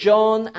John